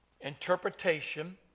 interpretation